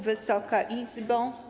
Wysoka Izbo!